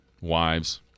wives